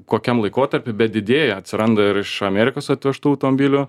kokiam laikotarpiui bet didėja atsiranda ir iš amerikos atvežtų autombilių